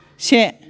से